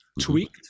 tweaked